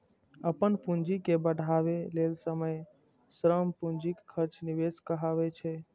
अपन पूंजी के बढ़ाबै लेल समय, श्रम, पूंजीक खर्च निवेश कहाबै छै